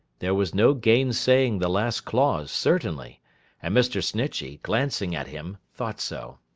there was no gainsaying the last clause, certainly and mr. snitchey, glancing at him, thought so.